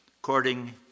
according